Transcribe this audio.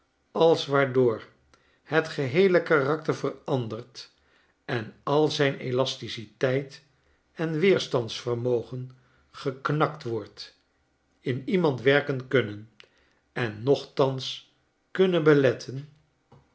als waardoor het geheele karakter verandert en al zijn elasticiteit en weerstandsvermogengeknaktwordt iniemandwerken kunnen en nochtans kunnen beletten